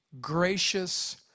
gracious